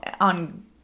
on